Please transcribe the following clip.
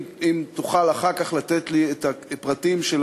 אם תוכל אחר כך לתת לי את הפרטים של